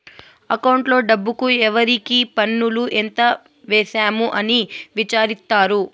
అకౌంట్లో డబ్బుకు ఎవరికి పన్నులు ఎంత వేసాము అని విచారిత్తారు